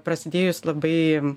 prasidėjus labai